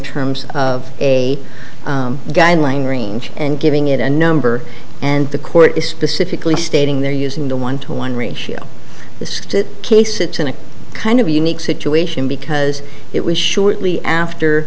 terms of a guideline range and giving it a number and the court is specifically stating they're using the one to one ratio this case it's in a kind of unique situation because it was shortly after